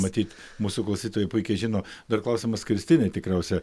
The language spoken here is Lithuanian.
matyt mūsų klausytojai puikiai žino dar klausimas kristinai tikriausia